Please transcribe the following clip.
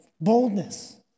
boldness